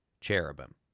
cherubim